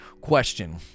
question